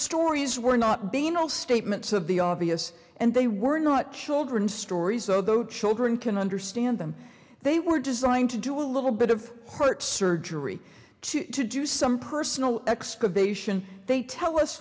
stories were not being all statements of the obvious and they were not children's stories so though children can understand them they were designed to do a little bit of heart surgery to to do some personal excavation they tell us